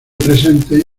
presentes